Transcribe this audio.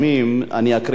אני אקריא את השמות,